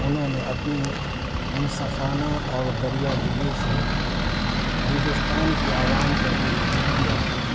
انہوں نے اپنی منصفانہ اور دریا دلی سے ہندوستان کی عوام کا دل جیت لیا تھا